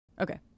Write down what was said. Okay